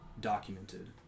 documented